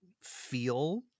feel